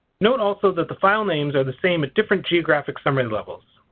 note also that the file names are the same with different geographic summary levels.